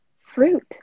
Fruit